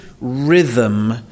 rhythm